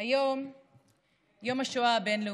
לדון במשמעות ציון יום השואה הבין-לאומי.